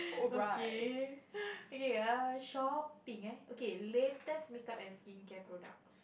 okay okay shopping err okay latest makeup as skin care products